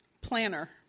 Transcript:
planner